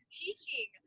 teaching